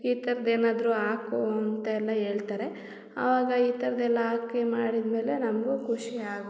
ಈ ಥರ್ದು ಏನಾದರೂ ಹಾಕು ಅಂತೆಲ್ಲ ಹೇಳ್ತಾರೆ ಆವಾಗ ಈ ಥರದ್ದೆಲ್ಲ ಹಾಕಿ ಮಾಡಿದಮೇಲೆ ನಮಗೂ ಖುಷಿ ಆಗುತ್ತೆ